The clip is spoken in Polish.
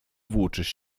włóczysz